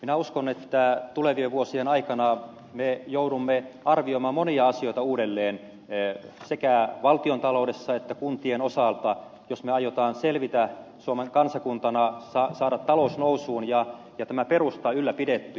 minä uskon että tulevien vuosien aikana me joudumme arvioimaan monia asioita uudelleen sekä valtiontaloudessa että kuntien osalta jos me aiomme selvitä suomalaisena kansakuntana saada talouden nousuun ja tämän perustan ylläpidettyä